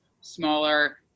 smaller